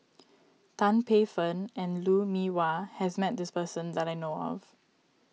Tan Paey Fern and Lou Mee Wah has met this person that I know of